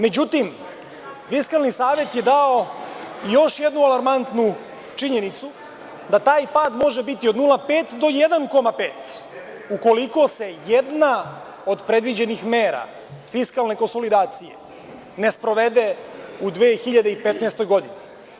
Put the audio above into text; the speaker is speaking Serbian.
Međutim, Fiskalni savet je dao još jednu alarmantnu činjenicu, da taj pad može biti od 0,5 do 1,5, ukoliko se jedna od predviđenih mera fiskalne konsolidacije ne sprovede u 2015. godini.